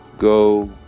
Go